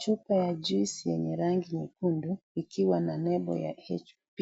Chupa ya juice yenye rangi nyekundu ikiwa na nembo ya HB